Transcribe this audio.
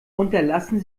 unterlassen